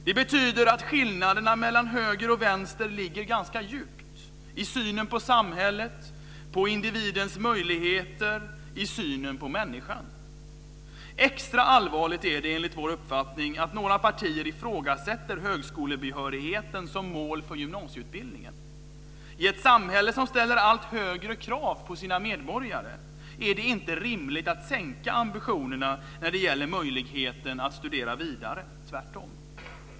Det betyder att skillnaderna mellan höger och vänster ligger ganska djupt - i synen på samhället, på individens möjligheter, på människan. Extra allvarligt är det enligt vår uppfattning att några partier ifrågasätter högskolebehörigheten som mål för gymnasieutbildningen. I ett samhälle som ställer allt högre krav på sina medborgare är det inte rimligt att sänka ambitionerna när det gäller möjlighet att studera vidare, tvärtom.